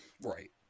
Right